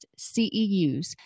CEUs